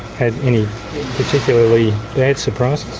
had any particularly bad surprises.